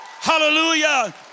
Hallelujah